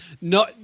no